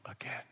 again